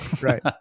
Right